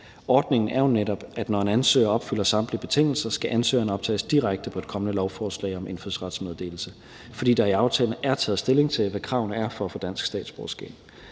Ordningen er jo netop sådan, at når en ansøger opfylder samtlige betingelser, skal ansøgeren optages direkte på et kommende lovforslag om indfødsrets meddelelse, fordi der er i aftalen er taget stilling til, hvad kravene er for at få dansk statsborgerskab.